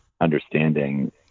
understanding